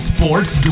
Sports